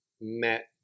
met